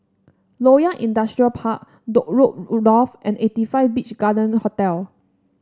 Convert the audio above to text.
Loyang Industrial Park Dock Road and eighty five Beach Garden Hotel